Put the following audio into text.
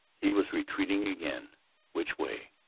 he was retreating again which way?